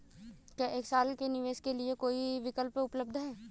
क्या एक साल के निवेश के लिए कोई विकल्प उपलब्ध है?